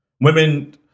Women